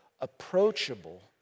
approachable